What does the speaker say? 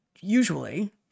usually